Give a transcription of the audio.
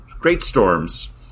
Greatstorm's